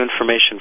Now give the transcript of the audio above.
information